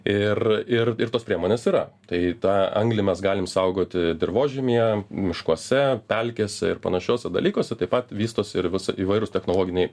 ir ir ir tos priemonės yra tai tą anglį mes galim saugoti dirvožemyje miškuose pelkėse ir panašiuose dalykuose taip pat vystosi ir visų įvairūs technologiniai